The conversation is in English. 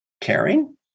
Caring